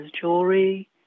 jewelry